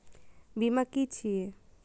बीमा की छी ये?